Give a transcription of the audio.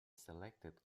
selected